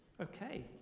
Okay